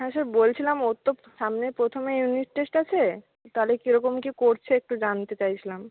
হ্যাঁ স্যার বলছিলাম ওর তো সামনে প্রথমে ইউনিট টেস্ট আছে তাহলে কেরকম কি করছে একটু জানতে চাইছিলাম